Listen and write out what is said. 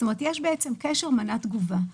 כלומר יש קשר מנה תגובה.